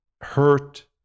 hurt